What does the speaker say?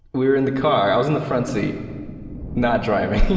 we were in the car, i was in the front seat not driving,